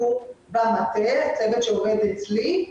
היום אמצעי התקשורת של האזרחים עם הקופה,